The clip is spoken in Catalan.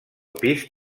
pis